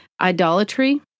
idolatry